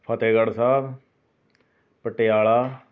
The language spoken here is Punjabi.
ਫਤਹਿਗੜ੍ਹ ਸਾਹਿਬ ਪਟਿਆਲਾ